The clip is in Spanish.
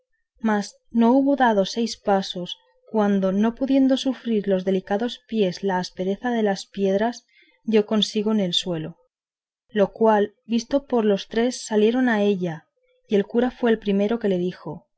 mas no hubo dado seis pasos cuando no pudiendo sufrir los delicados pies la aspereza de las piedras dio consigo en el suelo lo cual visto por los tres salieron a ella y el cura fue el primero que le dijo